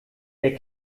der